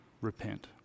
repent